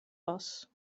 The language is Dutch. was